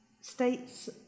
states